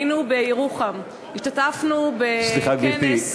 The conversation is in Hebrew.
היינו בירוחם, השתתפנו בכנס, סליחה, גברתי.